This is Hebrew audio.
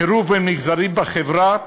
קירוב בין מגזרים בחברה,